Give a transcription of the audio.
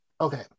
Okay